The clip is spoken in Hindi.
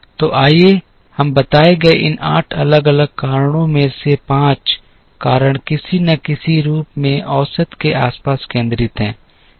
तो आइए हम बताए गए इन 8 अलग अलग कारणों में से 5 कारण किसी न किसी रूप में औसत के आसपास केंद्रित हैं